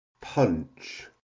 punch